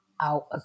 out